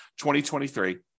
2023